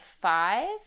five